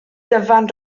dyfan